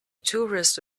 tourist